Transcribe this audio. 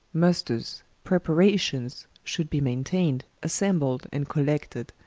musters, preparations, should be maintain'd, assembled, and collected,